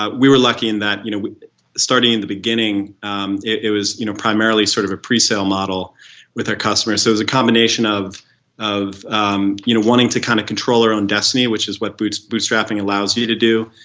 ah we were lucky in that. you know starting in the beginning um it was you know primarily sort of a presale model with our customers. so it's a combination of of um you know wanting to kind of control our own destiny which is what but bootstrapping allows you to do.